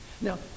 Now